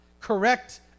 correct